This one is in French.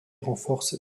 renforce